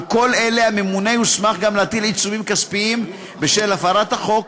על כל אלה הממונה יוסמך גם להטיל עיצומים כספיים בשל הפרת החוק,